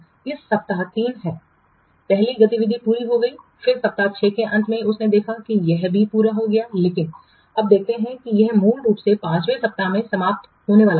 तो यह सप्ताह 3 है पहली गतिविधि पूरी हो गई है फिर सप्ताह 6 के अंत में उसने देखा है कि यह भी पूरा हो गया है लेकिन आप देखते हैं कि यह मूल रूप से 5 वें सप्ताह में समाप्त होने वाला था